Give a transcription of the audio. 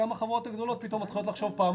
להיכנס לשוק כדי לגנוב להם נתחי שוק.